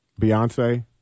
Beyonce